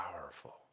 powerful